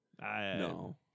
No